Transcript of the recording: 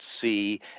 see